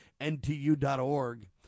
NTU.org